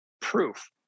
proof